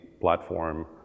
platform